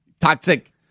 toxic